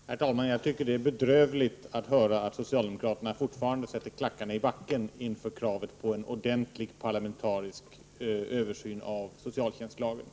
Prot. 1988/89:121 Herr talman! Det är bedrövligt att höra att socialdemokraterna fortfaran 25 maj 1989 de sätter klackarna i backen inför kravet på en genomgripande parlamenta 3 te ae vil Socialstyrelsens framrisk översyn av socialtjänstlagen.